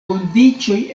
kondiĉoj